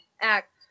act